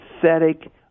pathetic